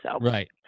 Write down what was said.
Right